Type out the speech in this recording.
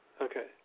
Okay